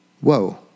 Whoa